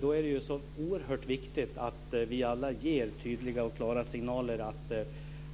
Då är det så oerhört viktigt att vi alla ger tydliga och klara signaler om